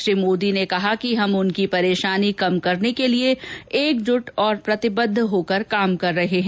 श्री मोदी ने कहा कि हम उनकी परेशानी कम करने के लिए एकजुट और प्रतिबद्ध होकर काम कर रहे हैं